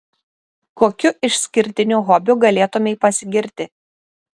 kokiu išskirtiniu hobiu galėtumei pasigirti